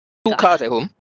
two cars at home